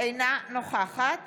אינה נוכחת